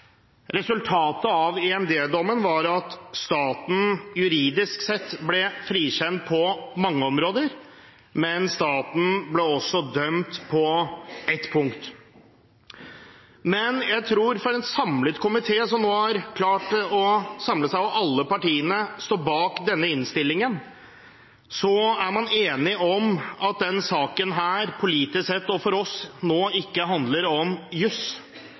Resultatet av EMD-dommen var at staten ble frikjent på mange områder – juridisk sett – men ble dømt på ett punkt. En samlet komité – der alle partiene står bak innstillingen – er enig om at denne saken politisk sett og for oss ikke handler om juss.